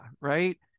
right